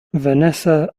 vanessa